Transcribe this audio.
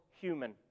human